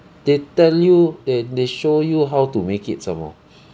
they tell you they they show you how to make it some more